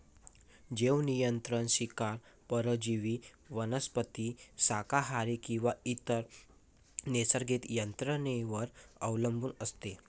जैवनियंत्रण शिकार परजीवी वनस्पती शाकाहारी किंवा इतर नैसर्गिक यंत्रणेवर अवलंबून असते